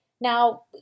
Now